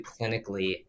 clinically